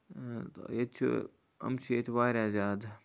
تہٕ ییٚتہِ چھُ یِم چھِ ییٚتہِ واریاہ زیادٕ